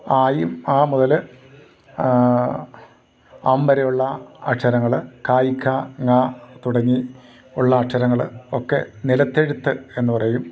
ആയും ആ മുതൽ അം വരെയുള്ള അക്ഷരങ്ങൾ ക ഖ ങ തുടങ്ങി ഉള്ള അക്ഷരങ്ങൾ ഒക്കെ നിലത്തെഴുത്ത് എന്നു പറയും